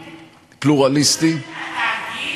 אתה שמעת אותי